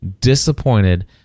disappointed